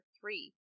three